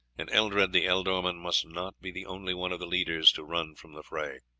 and eldred the ealdorman must not be the only one of the leaders to run from the fray.